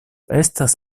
estas